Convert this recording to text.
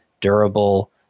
durable